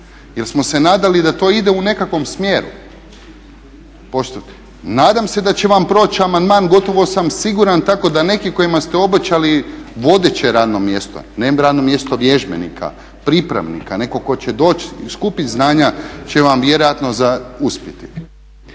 jer smo se nadali da to ide u nekakvom smjeru. Nadam se da će vam proći amandman, gotovo sam siguran tako da neki kojima ste obećali vodeće radno mjesto, ne radno mjesto vježbenika, pripravnika, neko ko će doći i skupit znanja će vam vjerojatno uspjeti.